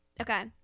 Okay